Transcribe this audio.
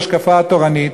ההשקפה התורנית,